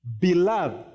Beloved